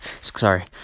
sorry